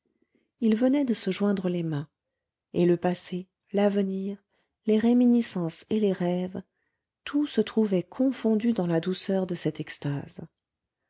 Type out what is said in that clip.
ils venaient de se joindre les mains et le passé l'avenir les réminiscences et les rêves tout se trouvait confondu dans la douceur de cette extase